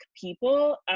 people